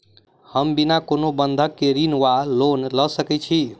हम बिना कोनो बंधक केँ ऋण वा लोन लऽ सकै छी?